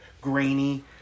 grainy